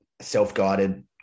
self-guided